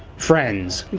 friends.